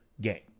game